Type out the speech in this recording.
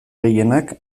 gehienak